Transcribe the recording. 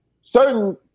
certain